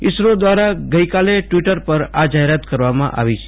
ઈસરો દવારા ગઈકાલ ટવીટર ઉપર આ જાહેરાત કરવામાં આવી છે